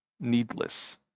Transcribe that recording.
needless